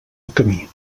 camí